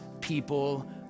people